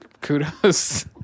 kudos